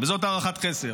וזאת הערכת חסר.